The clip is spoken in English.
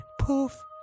poof